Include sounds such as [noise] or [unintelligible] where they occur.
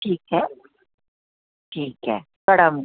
ठीक ऐ ठीक ऐ [unintelligible]